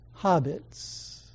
hobbits